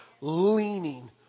leaning